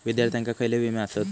विद्यार्थ्यांका खयले विमे आसत?